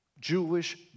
Jewish